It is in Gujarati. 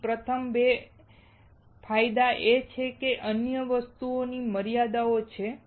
તેથી પ્રથમ 2 એ ફાયદા છે જે અન્ય વસ્તુઓની મર્યાદાઓ છે